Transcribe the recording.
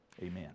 amen